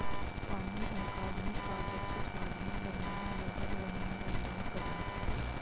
पानी अकार्बनिक, पारदर्शी, स्वादहीन, गंधहीन और लगभग रंगहीन रासायनिक पदार्थ है